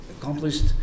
accomplished